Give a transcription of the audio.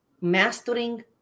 mastering